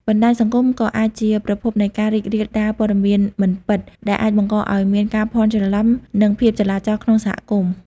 បណ្តាញសង្គមក៏អាចជាប្រភពនៃការរីករាលដាលព័ត៌មានមិនពិត ដែលអាចបង្កឱ្យមានការភាន់ច្រឡំ និងភាពចលាចលក្នុងសហគមន៍។